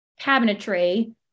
cabinetry